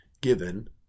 given